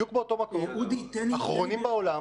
אחרונים בעולם.